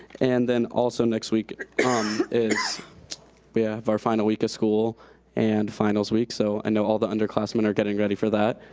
and then, also, next week is we yeah have our final week of school and finals week. i so and know all the underclassmen are getting ready for that.